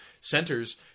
centers